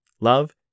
Love